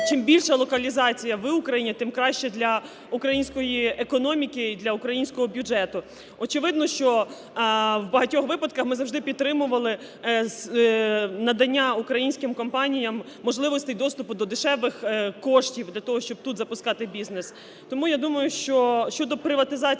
чим більша локалізація в Україні, тим краще для української економіки і для українського бюджету. Очевидно, що в багатьох випадках ми підтримували надання українським компаніям можливості доступу до дешевих коштів для того, щоб тут запускати бізнес. Тому я думаю, що щодо приватизації